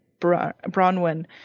Bronwyn